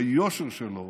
ביושר שלו,